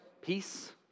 peace